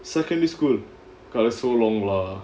secondary school that was so long lah